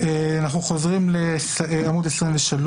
חוזרים לעמוד 23,